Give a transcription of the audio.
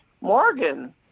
Morgan